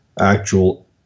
actual